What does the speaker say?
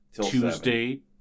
Tuesday